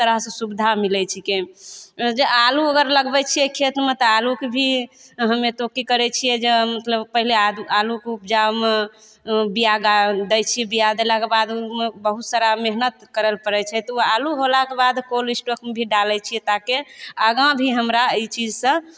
से सुविधा मिलय छीकै जे आलू अगर लगबय छियै खेतमे तऽ आलूके भी हम्मे तऽ ओ की करय छियै जे मतलब पहिले आलूके उपजाउ ओइमे बीया दै छियै बीया देलाके बाद ओइमे बहुत सारा मेहनत करल पड़य छै तऽ उ आलू होलाके बाद कोल्ड स्टॉक्समे भी डालय छियै ताकि आगाँ भी हमरा अइ चीजसँ